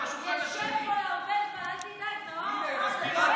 נשב פה הרבה זמן, אל תדאג, נאור.